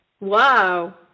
Wow